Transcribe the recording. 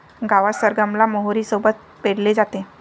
गावात सरगम ला मोहरी सोबत पेरले जाते